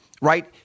Right